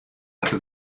hatte